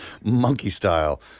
monkey-style